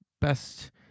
best